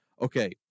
okay